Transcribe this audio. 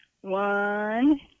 one